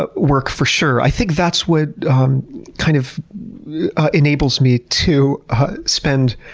but work for sure, i think that's what um kind of enables me to spend